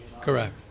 Correct